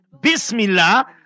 Bismillah